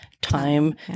time